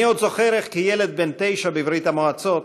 אני עוד זוכר איך כילד בן תשע בברית המועצות